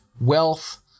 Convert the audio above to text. wealth